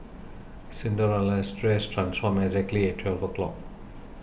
Cinderella's dress transformed exactly at twelve o' clock